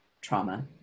trauma